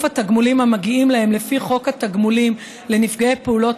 התגמולים המגיעים להם לפי חוק התגמולים לנפגעי פעולות